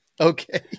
Okay